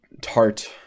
Tart